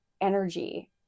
energy